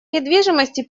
недвижимости